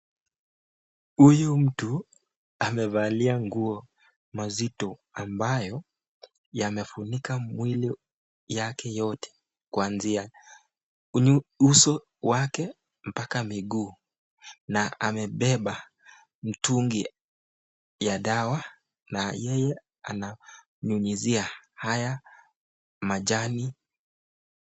Huyu mtu amevalia nguo mazito ambayo yamefunika mwili yake yote kuanzia uso wake mpaka miguu na amebeba mtungi ya dawa na yeye ananyunyizia haya majani